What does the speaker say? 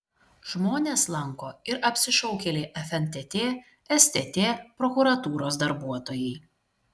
žmones lanko ir apsišaukėliai fntt stt prokuratūros darbuotojai